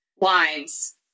lines